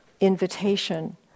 invitation